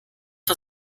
war